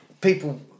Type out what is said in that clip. people